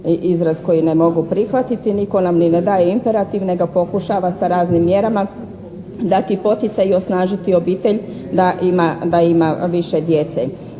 izraz koji ne mogu prihvatiti, nitko nam ni ne daje imperativ, nego ga pokušava sa raznim mjerama dati poticaj i osnažiti obitelj da ima više djece.